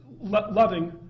loving